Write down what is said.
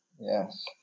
Yes